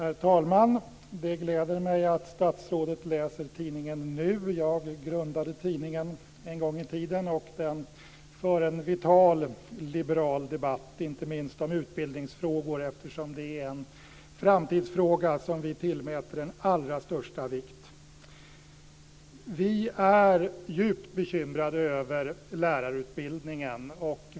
Herr talman! Det gläder mig att statsrådet läser tidningen Nu. Jag grundade tidningen en gång i tiden och den för en vital liberal debatt, inte minst om utbildningsfrågor, eftersom det är framtidsfrågor som vi tillmäter allra största vikt. Vi är djupt bekymrade över lärarutbildningen.